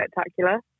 spectacular